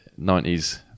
90s